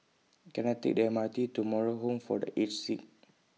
Can I Take The M R T to Moral Home For The Aged Sick